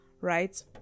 right